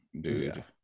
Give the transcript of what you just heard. dude